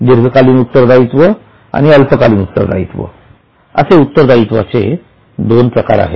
दीर्घकालीन उत्तर दायित्व आणि अल्पकालीन उत्तर दायित्व असे उत्तर दायित्व चे दोन प्रकार आहेत